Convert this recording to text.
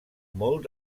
molt